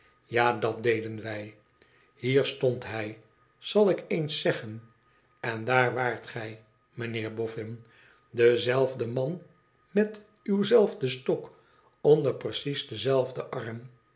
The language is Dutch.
ja dat deden wij hier stond hij zal ik eens zeggen en daar waart gij meneer boffin dezelfde man met uw zelfden stok onder precies dien zelfden arm